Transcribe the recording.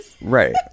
right